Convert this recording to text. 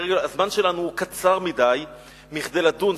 הזמן שלנו קצר מכדי לדון.